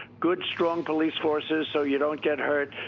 good, strong police forces so you don't get hurt,